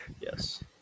Yes